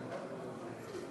גם מאוד מתרגשת,